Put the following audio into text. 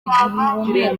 ugihumeka